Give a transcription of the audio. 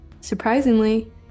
surprisingly